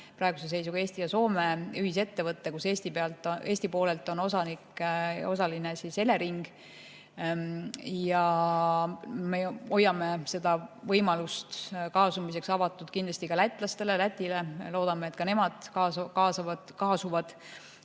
praeguse seisuga Eesti ja Soome ühisettevõte, kus Eesti poolelt on osaline Elering. Ja me hoiame võimalust kaasuda avatuna kindlasti ka lätlastele, Lätile. Loodame, et ka nemad kaasuvad.